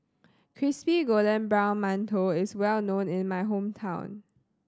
crispy golden brown mantou is well known in my hometown